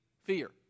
fear